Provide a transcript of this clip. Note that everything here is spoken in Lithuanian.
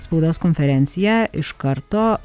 spaudos konferenciją iš karto